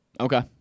Okay